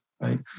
right